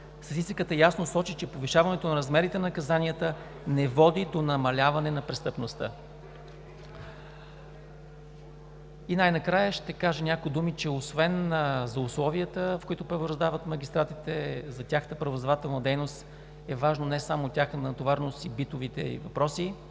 Статистиката ясно сочи, че повишаването на размерите на наказанията не води до намаляване на престъпността. И най-накрая ще кажа няколко думи, че освен за условията, в които правораздават магистратите, за тяхната правораздавателна дейност са важни не само тяхната натовареност и битовите въпроси,